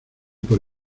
por